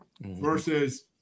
versus